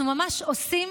אנחנו ממש עושים